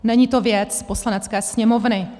Není to věc Poslanecké sněmovny.